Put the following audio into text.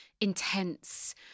intense